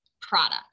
product